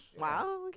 Wow